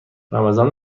رمضان